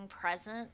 present